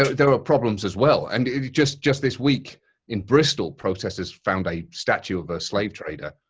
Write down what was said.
there are problems as well. and just just this week in bristol, protesters found a statue of a slave trader,